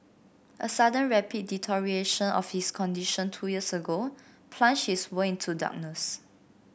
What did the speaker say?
a sudden rapid deterioration of his condition two years ago plunged his world into darkness